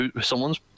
someone's